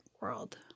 world